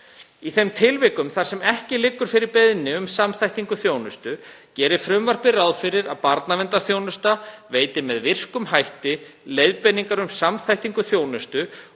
Í þeim tilvikum þar sem ekki liggur fyrir beiðni um samþættingu þjónustu gerir frumvarpið ráð fyrir að barnaverndarþjónusta veiti með virkum hætti leiðbeiningar um samþættingu þjónustu